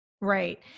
Right